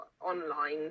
online